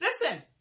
Listen